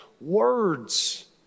words